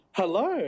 hello